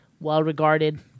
well-regarded